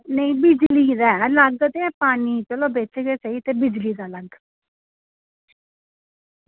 बिजली दा ऐ अलग ते पानी दा बिच गै सेही बाऽ बिजली दा अलग